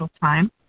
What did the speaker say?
time